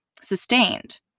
sustained